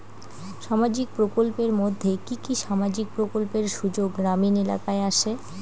সামাজিক প্রকল্পের মধ্যে কি কি সামাজিক প্রকল্পের সুযোগ গ্রামীণ এলাকায় আসে?